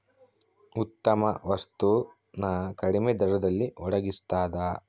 ಉತ್ತಮ ವಸ್ತು ನ ಕಡಿಮೆ ದರದಲ್ಲಿ ಒಡಗಿಸ್ತಾದ